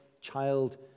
child